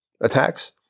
attacks